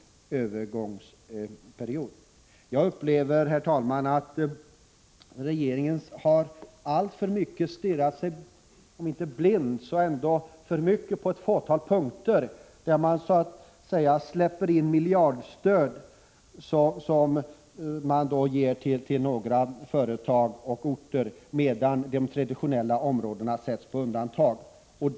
1985/86:103 Jag upplever, herr talman, att regeringen har om inte stirrat sig blind så — 1 april 1986 ändå tittat alltför mycket på ett fåtal punkter, där man så att säga släpper in miljardstöd till några företag och orter, medan de traditionella områdena sätts på undantag. Det är inte bra.